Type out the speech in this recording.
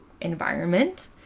environment